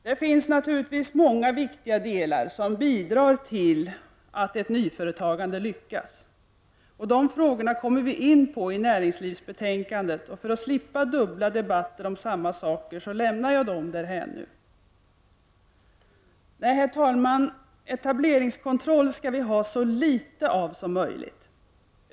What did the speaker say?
Det finns naturligtvis många viktiga orsaker som bidrar till att ett nyföretagande lyckas. De frågorna kommer vi in på i näringslivsbetänkandet, och för att slippa dubbla debatter om samma saker lämnar jag nu dessa frågor därhän. Herr talman! Etableringskontroll skall vi ha så litet som möjligt av.